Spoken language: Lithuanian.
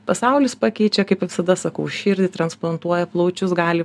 pasaulis pakeičia kaip visada sakau širdį transplantuoja plaučius gali